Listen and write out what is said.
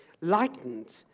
lightened